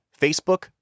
Facebook